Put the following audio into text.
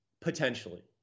potentially